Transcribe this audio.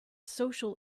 social